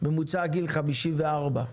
ממוצע גיל של 54,